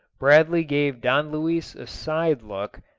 bradley gave don luis a side-look,